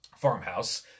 farmhouse